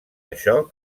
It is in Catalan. això